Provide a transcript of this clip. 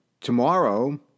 tomorrow